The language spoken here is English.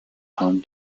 home